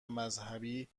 مذهبی